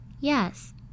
Yes